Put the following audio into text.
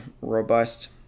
robust